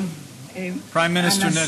(אומר דברים בשפה האנגלית,